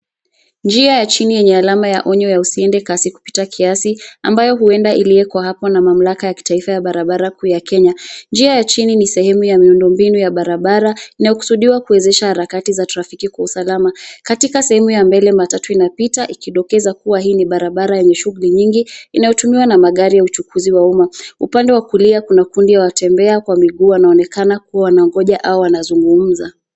Njia ya chini yenye alama ya onyo ya usiende kasi kupita kiasi ambayo huenda iliwekwa hapo na mamlaka ya kitaifa ya barabara kuu ya Kenya. Njia ya chini ni sehemu ya miundo mbinu ya barabara, inakusudiwa kuwezesha harakati za trafiki kwa usalama. Katika sehemu ya mbele matatu inapita ikidokeza kuwa hii ni barabara yenye shughli nyingi, inayotumiwa na magari ya uchukuzi wa umma. Upande wa kulia kunatembea kwa miguu wanaonekana kuwa wamengoja au wanazungumza.